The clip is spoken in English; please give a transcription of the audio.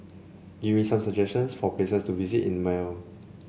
give me some suggestions for places to visit in Male